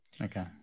okay